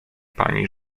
pani